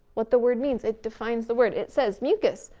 what the word means. it defines the word, it says mucus,